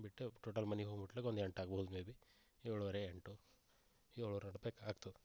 ಬಿಟ್ಟು ಟೋಟಲ್ ಮನೆಗೆ ಹೋಗಿ ಮುಟ್ಟಲಿಕ್ ಒಂದು ಎಂಟು ಆಗ್ಬೋದು ಮೇ ಬಿ ಏಳೂವರೆ ಎಂಟು ಏಳುವರೆ ಹೊರಡ್ಬೇಕ್ ಆಗ್ತದೆ